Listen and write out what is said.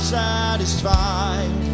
satisfied